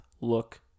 look